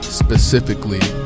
specifically